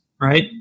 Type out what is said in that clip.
right